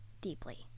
deeply